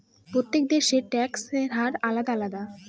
প্রত্যেক দেশের ট্যাক্সের হার আলাদা আলাদা